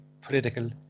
political